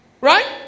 Right